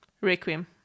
requiem